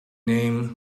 named